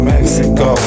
Mexico